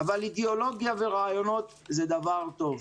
אבל אידיאולוגיה ורעיונות זה דבר טוב,